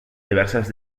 diverses